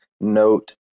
note